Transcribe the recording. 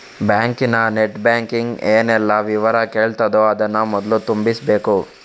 ಬ್ಯಾಂಕಿನ net banking ಏನೆಲ್ಲ ವಿವರ ಕೇಳ್ತದೋ ಅದನ್ನ ಮೊದ್ಲು ತುಂಬಿಸ್ಬೇಕು